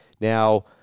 Now